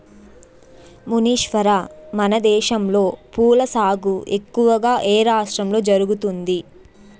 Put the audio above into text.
మునీశ్వర, మనదేశంలో పూల సాగు ఎక్కువగా ఏ రాష్ట్రంలో జరుగుతుంది